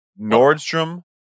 Nordstrom